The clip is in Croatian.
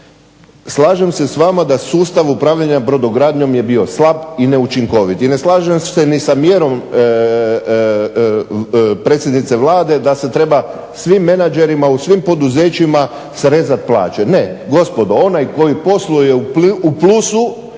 Slažem se s vama da sustav upravljanja brodogradnjom je bio slab i neučinkovit. I ne slažem se ni sa mjerom predsjednice Vlade da se treba svim menadžerima u svim poduzećima srezati plaće. Ne, gospodo onaj koji posluje u plusu